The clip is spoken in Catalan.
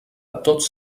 tots